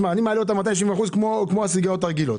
מעלה אותה ב-270 אחוזים כמו בסיגריות הרגילות.